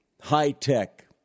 high-tech